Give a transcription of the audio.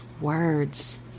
words